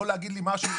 לא להגיד לי משהו.